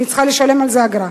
אני צריכה לשלם על זה אגרה.